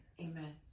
Amen